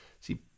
See